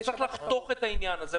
צריך לחתוך את העניין הזה,